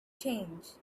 change